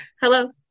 hello